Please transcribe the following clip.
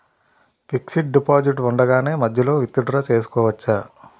Fixed deposit ఉండగానే మధ్యలో withdraw చేసుకోవచ్చా?